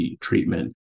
treatment